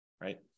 right